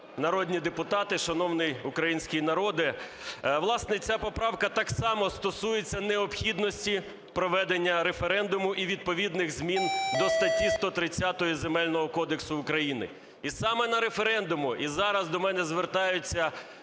народні депутати, шановний український народе! Власне, ця поправка так само стосується необхідності проведення референдуму і відповідних змін до статті 130 Земельного кодексу України. І саме на референдумі… І зараз до мене звертаються